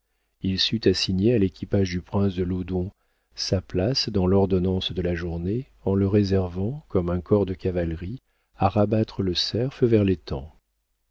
il sut assigner à l'équipage du prince de loudon sa place dans l'ordonnance de la journée en le réservant comme un corps de cavalerie à rabattre le cerf vers l'étang